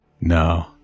No